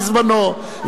בזמנו,